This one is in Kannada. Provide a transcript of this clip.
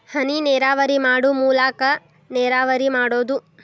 ಹನಿನೇರಾವರಿ ಮಾಡು ಮೂಲಾಕಾ ನೇರಾವರಿ ಮಾಡುದು